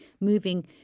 moving